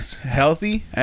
healthy